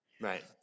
right